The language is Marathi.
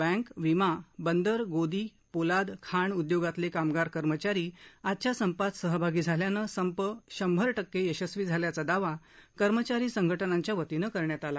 बँक विमा बंदर गोदी पोलाद खाण उद्योगातले कामगार कर्मचारी आजच्या संपात सहभागी झाल्यानं संप शंभर टक्के यशस्वी झाल्याचा दावा कर्मचारी संघटनांच्या वतीनं करण्यात आला